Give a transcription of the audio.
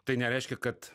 tai nereiškia kad